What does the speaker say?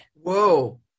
Whoa